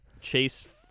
Chase